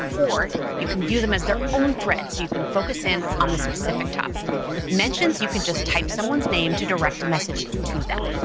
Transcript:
or you can view them as their own threads. you can focus in on the specific topic. with mentions you can just type someone's name to direct a message to them.